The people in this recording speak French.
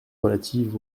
relatives